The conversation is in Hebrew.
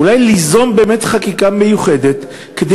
אולי ליזום באמת חקיקה מיוחדת כדי